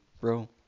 bro